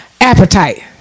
appetite